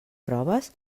proves